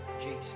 Jesus